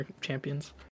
champions